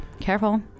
careful